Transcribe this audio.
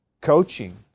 coaching